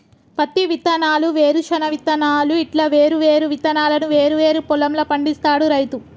పత్తి విత్తనాలు, వేరుశన విత్తనాలు ఇట్లా వేరు వేరు విత్తనాలను వేరు వేరు పొలం ల పండిస్తాడు రైతు